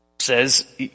says